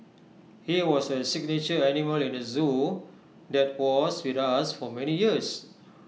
he was A signature animal in the Zoo that was with us for many years